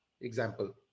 example